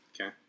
Okay